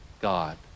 God